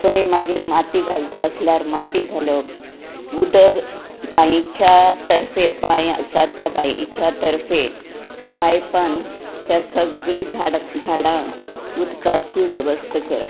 थंय मागीर माती घालपा आसल्यार माती घालप उदक बांयच्या तर्फें बांय आसा त्या बांयच्या तर्फे पायपान त्या सगळ्या झाडां झाडांक उदकांची वेवस्था करप